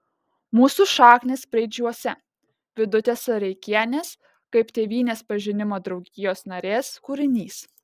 mūsų šaknys preidžiuose vidutės sereikienės kaip tėvynės pažinimo draugijos narės kūrinys